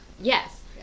yes